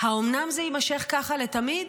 האומנם זה יימשך ככה לתמיד?